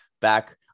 back